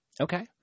Okay